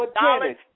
dollars